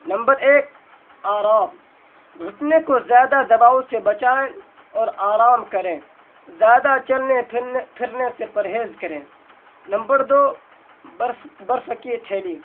number ایک آرام گھنٹے کو زیادہ دباؤ سے بچائیں اور آرام کریں زیادہ چلنے پھرنے سے پرہیز کریں نمبر دو برف برف کی تھیلی